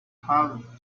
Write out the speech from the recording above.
have